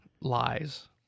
Lies